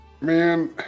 man